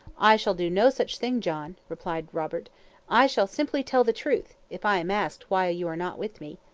i shall do no such thing, john, replied robert i shall simply tell the truth, if i am asked why you are not with me.